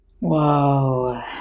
Whoa